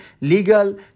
legal